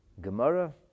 Gemara